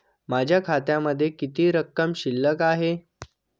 माझ्या खात्यामध्ये किती रक्कम शिल्लक आहे?